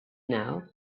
now